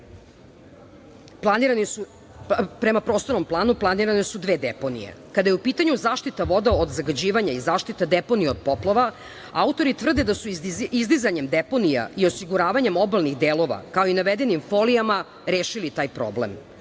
prema Prostornom planu planirane su dve deponije. Kada je u pitanju zaštita voda od zagađivanja i zaštita deponija od poplava, autori tvrde da su izdizanjem deponija i osiguranjem obalnih delova kao i navedenim folijama rešili taj problem.